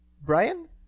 Brian